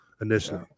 initially